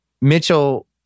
Mitchell